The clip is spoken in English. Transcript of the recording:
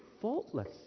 faultless